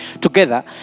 together